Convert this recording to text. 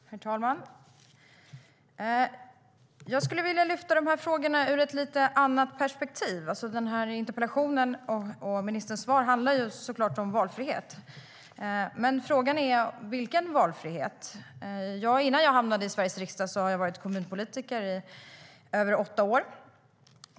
Herr talman! Jag skulle vilja lyfta upp de här frågorna från ett annat perspektiv. Innan jag hamnade i Sveriges riksdag var jag kommunpolitiker i över åtta år.